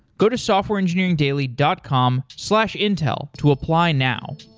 go to softwareengineeringdaily dot com slash intel to apply now